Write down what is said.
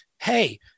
hey